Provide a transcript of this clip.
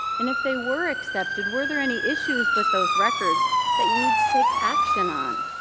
and if they were accepted, where there any issues with those records that you need to take action on?